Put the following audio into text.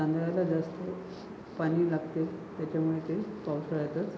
तांदळाला जास्त पाणी लागते त्याच्यामुळे ते पावसाळ्यातच